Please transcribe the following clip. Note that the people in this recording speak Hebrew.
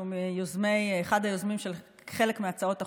שהוא אחד היוזמים של חלק מהצעות החוק.